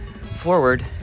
forward